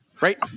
right